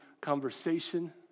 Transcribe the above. conversation